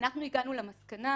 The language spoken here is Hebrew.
הגענו למסקנה